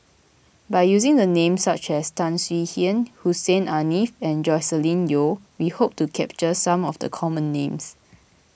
by using the names such as Tan Swie Hian Hussein Haniff and Joscelin Yeo we hope to capture some of the common names